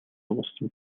өгүүлсэн